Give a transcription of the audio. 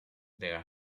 their